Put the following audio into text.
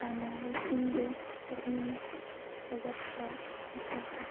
ꯁꯥꯟꯅꯔꯣꯏꯁꯤꯡꯕꯨ ꯄꯨꯛꯅꯤꯡ ꯊꯧꯒꯠꯄ ꯃꯊꯧ ꯇꯥꯏ